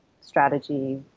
strategy